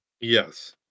Yes